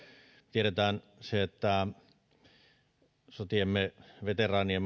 tiedetään se että sotiemme veteraanien